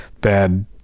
bad